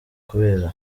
kubera